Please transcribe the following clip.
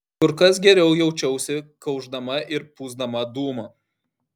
kur kas geriau jaučiausi kaušdama ir pūsdama dūmą